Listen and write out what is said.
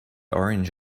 orange